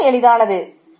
இவை மிக எளிதானது